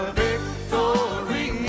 victory